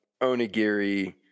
Onigiri